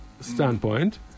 standpoint